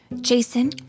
jason